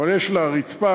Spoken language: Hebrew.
הרי יש לה רצפה,